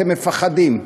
אתם מפחדים,